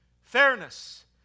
fairness